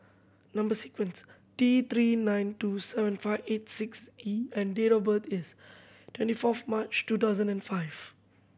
number sequence T Three nine two seven five eight six E and date of birth is twenty fourth March two thousand and five